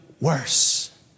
worse